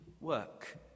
work